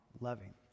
loving